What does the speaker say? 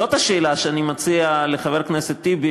זאת השאלה שאני מציע לחבר הכנסת טיבי